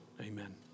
amen